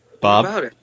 bob